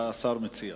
מה השר מציע?